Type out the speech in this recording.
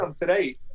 today